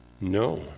no